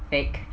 fake